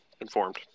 informed